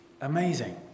Amazing